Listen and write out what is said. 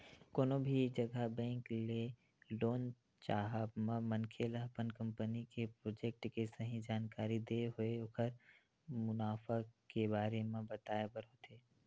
कोनो भी जघा बेंक ले लोन चाहब म मनखे ल अपन कंपनी के प्रोजेक्ट के सही जानकारी देत होय ओखर मुनाफा के बारे म बताय बर होथे